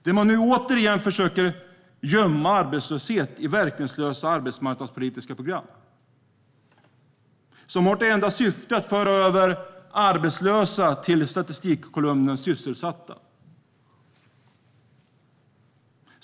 De försöker nu återigen gömma arbetslöshet i verkningslösa arbetsmarknadspolitiska program, som har som enda syfte att föra över arbetslösa till statistikkolumnen sysselsatta.